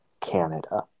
Canada